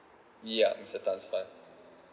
yup mister tan fine